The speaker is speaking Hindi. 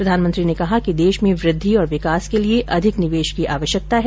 प्रधानमंत्री ने कहा कि देश में वृद्धि और विकास के लिए अधिक निवेश की आवश्यकता है